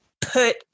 put